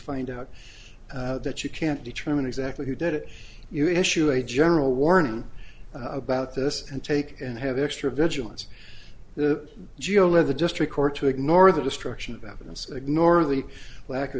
find out that you can't determine exactly who did it you issue a general warning about this and take and have extra vigilance the jewel of the district court to ignore the destruction of evidence ignore the lack of